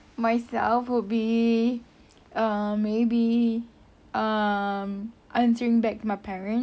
myself would be um maybe um answering back to my parents